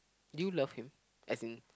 do you love him as in